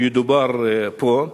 שידובר פה.